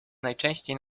najczęściej